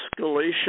escalation